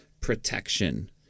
protection